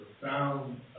profound